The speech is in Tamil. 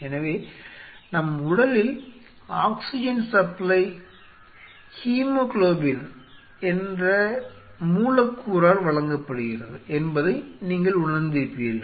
எனவே நம் உடலில் ஆக்ஸிஜன் சப்ளை Hb என்ற ஹீமோகுளோபின் மூலக்கூறால் வழங்கப்படுகிறது என்பதை நீங்கள் உணர்ந்திருப்பீர்கள்